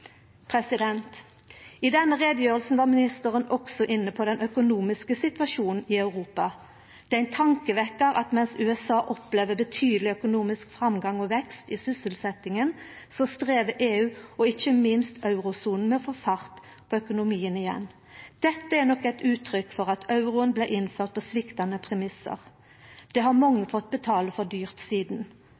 I denne utgreiinga var ministeren også inne på den økonomiske situasjonen i Europa. Det er ein tankevekkjar at mens USA opplever betydeleg økonomisk framgang og vekst i sysselsetjinga, strever EU og ikkje minst eurosona med å få fart på økonomien igjen. Dette er nok eit uttrykk for at euroen blei innført på sviktande premissar. Det har mange fått betala dyrt for sidan.